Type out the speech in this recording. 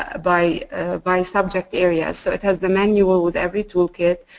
ah by by subject area. so it has the manual with every tool kit.